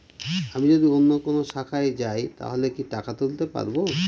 আমি যদি অন্য কোনো শাখায় যাই তাহলে কি টাকা তুলতে পারব?